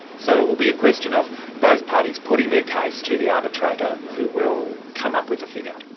so it will be a question of both parties putting their case to the arbitrator who will come up with a figure?